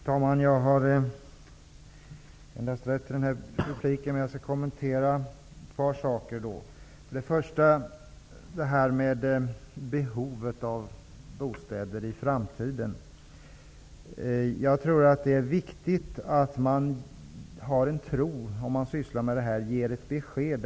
Herr talman! Jag har endast rätt till den här repliken. Jag skall kommentera ett par saker. Det första jag vill beröra är behovet av bostäder i framtiden. Jag tror att det är viktigt att man har en tro om man sysslar med det här, och ger besked.